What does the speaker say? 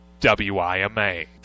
WIMA